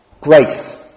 Grace